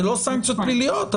אלה לא סנקציות פליליות,